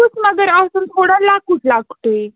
مگر آسُن تھوڑا لۄکُٹ لۄکٹُے